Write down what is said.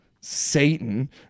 Satan